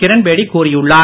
கிரண்பேடி கூறியுள்ளார்